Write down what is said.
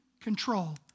control